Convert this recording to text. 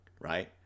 right